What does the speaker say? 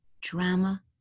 drama